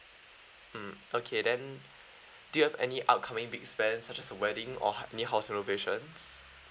mm okay then do you have any upcoming big spend such as a wedding or hou~ new house renovations